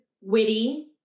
witty